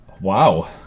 Wow